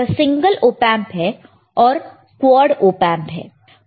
यह single op amp है और क्वाड ऑपएंप है